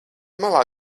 malā